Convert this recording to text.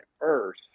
earth